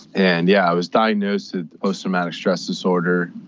and yeah i was diagnosed with post-traumatic stress disorder.